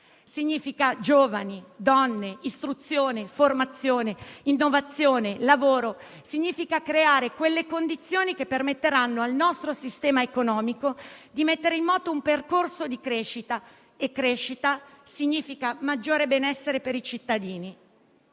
significa giovani, donne, istruzione, formazione, innovazione e lavoro e creare le condizioni che permetteranno al nostro sistema economico di mettere in moto un percorso di crescita, che si traduce in maggiore benessere per i cittadini.